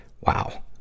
Wow